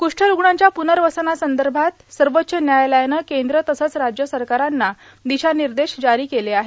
कूष्ठरूग्णांच्या प्रनर्वसनासंदर्भात सर्वोच्च न्यायालयानं केंद्र तसंच राज्य सरकारांना दिशानिर्देश जारी केले आहेत